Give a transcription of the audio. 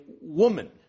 woman